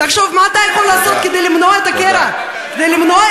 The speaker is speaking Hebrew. תחשוב מה אתה יכול לעשות כדי למנוע את הקרע וכדי